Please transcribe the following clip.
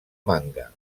manga